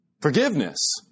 Forgiveness